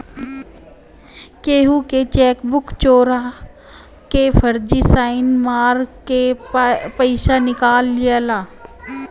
केहू के चेकबुक चोरा के फर्जी साइन मार के पईसा निकाल लियाला